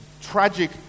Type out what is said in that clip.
tragic